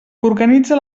organitza